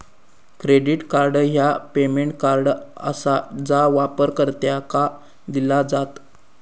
credit card ह्या payment card आसा जा वापरकर्त्यांका दिला जात